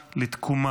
לתקומה.